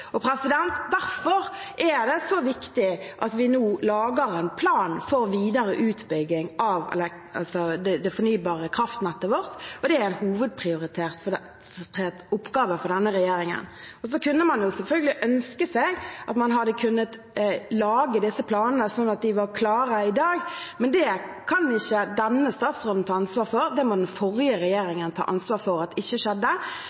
Derfor er det så viktig at vi nå lager en plan for videre utbygging av det fornybare kraftnettet vårt, og det er en hovedprioritert oppgave for denne regjeringen. Så kunne man selvfølgelig ønske seg at man hadde kunnet lage disse planene sånn at de var klare i dag, men det kan ikke denne statsråden ta ansvar for. Det må den forrige regjeringen ta ansvar for at ikke skjedde. Men sånn sett er jeg godt i gang med det